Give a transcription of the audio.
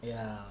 ya